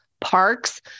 parks